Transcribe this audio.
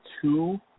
two